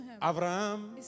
Abraham